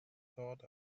thought